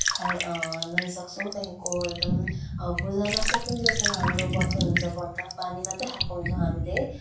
खाइ नुहाइ सक्छौँ त्यहाँदेखिको एकदम पूजा नसकिन्जेलसम्म हाम्रो व्रतै हुन्छ व्रत पानी मात्रै खएको हुन्छौँ हामीले